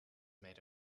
made